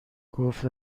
گفت